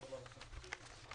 הישיבה ננעלה בשעה 13:25.